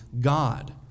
God